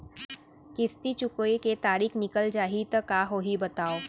किस्ती चुकोय के तारीक निकल जाही त का होही बताव?